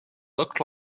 looked